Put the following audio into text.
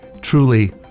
Truly